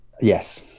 Yes